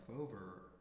over